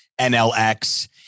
NLX